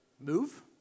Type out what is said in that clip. move